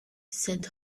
sed